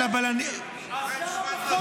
אז למה בחוק כתוב,